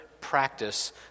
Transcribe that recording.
practice